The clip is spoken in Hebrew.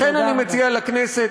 לכן אני מציע לכנסת,